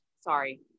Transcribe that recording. sorry